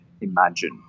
imagine